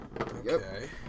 Okay